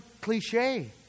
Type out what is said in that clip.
cliche